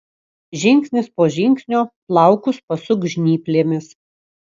žingsnis po žingsnio plaukus pasuk žnyplėmis